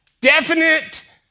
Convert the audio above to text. definite